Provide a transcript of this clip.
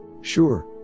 Sure